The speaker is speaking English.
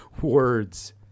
words